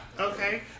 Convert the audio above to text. Okay